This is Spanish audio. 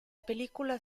película